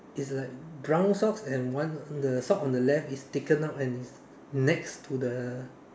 is like brown socks and one on the the sock on the left is taken out and next to the